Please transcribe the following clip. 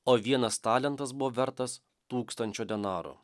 o vienas talentas buvo vertas tūkstančio denarų